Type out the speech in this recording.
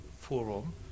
Forum